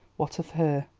what of her?